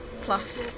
plus